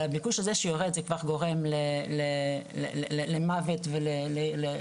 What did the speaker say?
אבל הביקוש הזה שיורד כבר גורם למוות ומשפיע